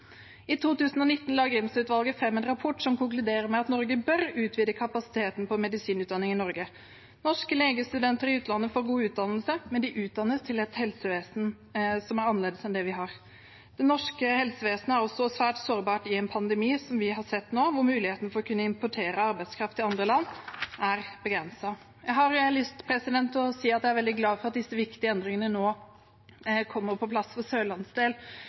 I 2019 la Grimstad-utvalget fram en rapport som konkluderer med at Norge bør utvide kapasiteten på medisinutdanning i Norge. Norske legestudenter i utlandet får god utdannelse, men de utdannes til et helsevesen som er annerledes enn det vi har. Det norske helsevesenet er også svært sårbart i en pandemi, som vi har sett nå, hvor muligheten for å importere arbeidskraft fra andre land er begrenset. Jeg har lyst til å si at jeg er veldig glad for at disse viktige endringene nå kommer på plass for